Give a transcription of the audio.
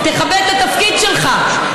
תכבד את התפקיד שלך.